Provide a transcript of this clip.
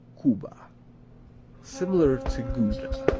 cuba similar to gouda.